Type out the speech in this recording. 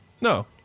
No